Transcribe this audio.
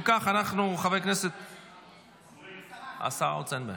אם כך, אנחנו, השרה רוצה לדבר?